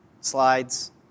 slides